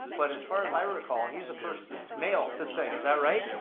but as far as i recall he's the first male to sing, is that right?